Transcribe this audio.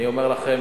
אני אומר לכם,